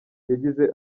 yagize